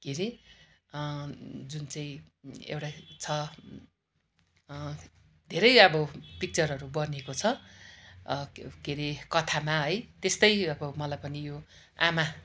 के रे जुन चाहिँ एउटा छ धेरै अब पिक्चरहरू बनिएको छ के रे कथामा है त्यस्तै अब मलाई पनि यो आमा